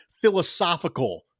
philosophical